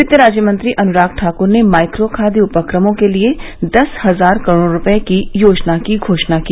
वित्त राज्य मंत्री अनुराग ठाकुर ने माइक्रो खाद्य उपक्रमों के लिए दस हजार करोड़ रूपये की योजना की घोषणा की